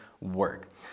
work